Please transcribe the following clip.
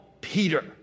Peter